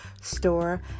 store